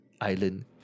Island